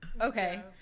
Okay